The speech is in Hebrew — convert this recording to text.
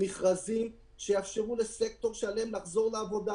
מכרזים שיאפשרו לסקטור שלם לחזור לעבודה.